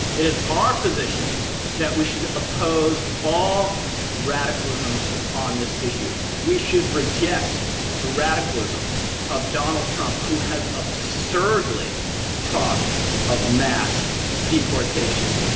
it is our position that we should oppose all radicalism on this issue. we should reject the radicalism of donald trump who has absurdly talked of mass deportation.